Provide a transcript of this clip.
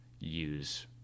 use